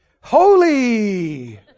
holy